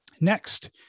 Next